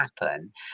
happen